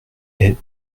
est